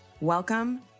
Welcome